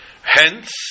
Hence